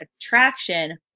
attraction